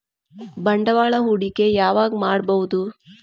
ಬಂಡವಾಳ ಹೂಡಕಿ ಯಾವಾಗ್ ಮಾಡ್ಬಹುದು?